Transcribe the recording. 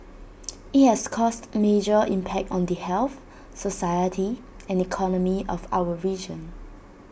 IT has caused major impact on the health society and economy of our region